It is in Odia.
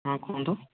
ହଁ କୁହନ୍ତୁ